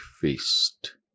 feast